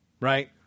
right